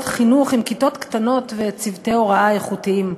חינוך עם כיתות קטנות וצוותי הוראה איכותיים.